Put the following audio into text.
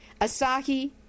Asahi